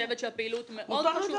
חושבת שהפעילות מאוד חשובה,